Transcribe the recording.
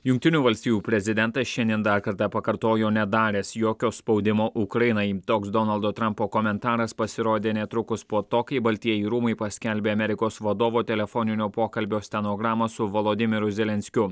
jungtinių valstijų prezidentas šiandien dar kartą pakartojo nedaręs jokio spaudimo ukrainai toks donaldo trampo komentaras pasirodė netrukus po to kai baltieji rūmai paskelbė amerikos vadovo telefoninio pokalbio stenogramą su volodymyru zelenskiu